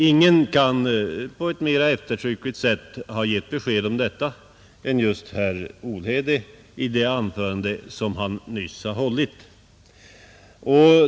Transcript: Ingen kunde på ett mera eftertryckligt sätt ha givit besked om detta än herr Olhede gjorde i det anförande han nyss höll.